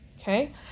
okay